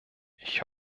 ich